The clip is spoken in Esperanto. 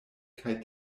kaj